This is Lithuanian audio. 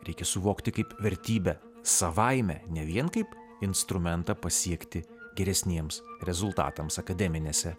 reikia suvokti kaip vertybę savaime ne vien kaip instrumentą pasiekti geresniems rezultatams akademinėse